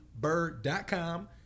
bird.com